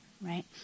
right